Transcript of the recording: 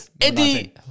Eddie